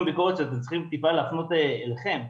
ביקורת שאתם צריכים טיפה להפנות אליכם,